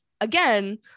again